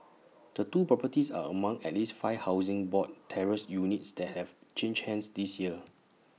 the two properties are among at least five Housing Board terraced units that have changed hands this year